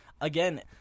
Again